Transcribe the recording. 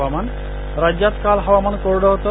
हवामान राज्यात काल हवामान कोरडं होतं